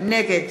נגד